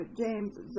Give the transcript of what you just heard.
James